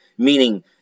Meaning